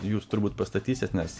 jūs turbūt pastatysit nes